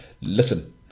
listen